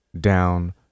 down